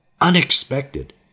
unexpected